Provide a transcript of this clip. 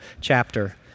chapter